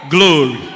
Glory